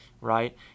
right